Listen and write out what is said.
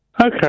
Okay